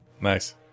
Nice